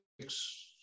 six